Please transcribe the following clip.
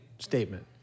statement